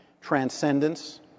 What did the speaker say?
transcendence